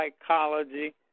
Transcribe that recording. psychology